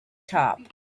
top